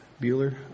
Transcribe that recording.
Bueller